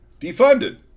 defunded